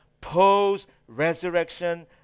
post-resurrection